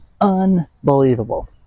Unbelievable